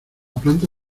planta